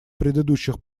предыдущих